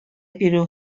бирү